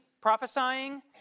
prophesying